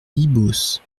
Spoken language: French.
ibos